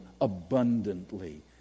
abundantly